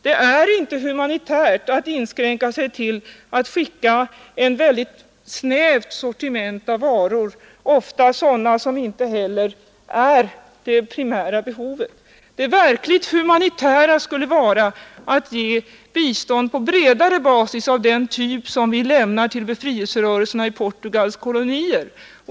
Det är inte humanitärt att inskränka sig till att skicka ett mycket snävt sortiment av varor, ofta sådana som inte alls motsvarar det primära behovet. Det verkligt humanitära skulle vara att ge bistånd på bredare basis av den typ som vi lämnar till befrielserörelserna i Portugals kolonier.